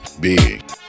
big